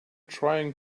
trying